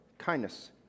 kindness